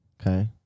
okay